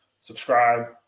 subscribe